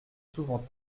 souvent